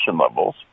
levels